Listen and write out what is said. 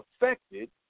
affected